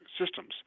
systems